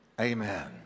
Amen